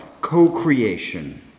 co-creation